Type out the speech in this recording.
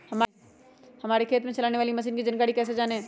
हमारे खेत में चलाने वाली मशीन की जानकारी कैसे जाने?